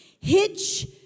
Hitch